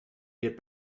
get